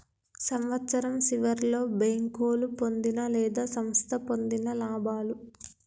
సంవత్సరం సివర్లో బేంకోలు పొందిన లేదా సంస్థ పొందిన లాభాలు